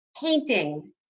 painting